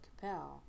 Capel